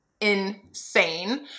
insane